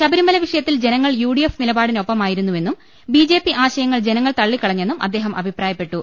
ശബരിമല വിഷയത്തിൽ ജനങ്ങൾ UDF നിലപാടിനൊപ്പമായിരുന്നുവെന്നും ബിജെപി ആശയങ്ങൾ ജനങ്ങൾ തള്ളിക്കളഞ്ഞെന്നും അദ്ദേഹം അഭിപ്രായപ്പെട്ടു